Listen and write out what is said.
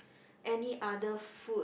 any other food